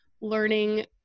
learning